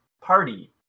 party